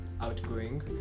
outgoing